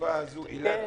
הזאת אילת